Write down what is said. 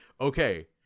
okay